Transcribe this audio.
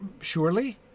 surely